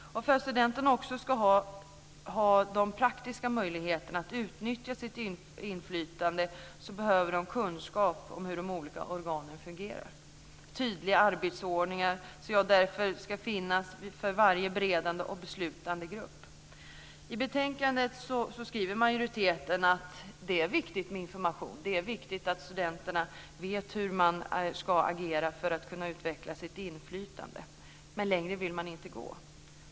För att studenterna också ska ha de praktiska möjligheterna att utnyttja sitt inflytande behöver de kunskap om hur de olika organen fungerar. Tydliga arbetsordningar bör därför finnas för varje beredande och beslutande grupp. I betänkandet skriver majoriteten att det är viktigt med information. Det är viktigt att studenterna vet hur man ska agera för att kunna utveckla sitt inflytande, men längre vill man inte gå.